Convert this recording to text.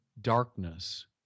darkness